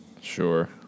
Sure